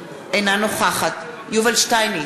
אינה נוכחת יובל שטייניץ,